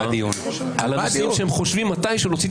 על הנושאים שהם חושבים מתישהו להוציא תזכיר חוק.